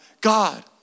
God